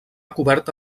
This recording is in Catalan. coberta